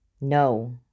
No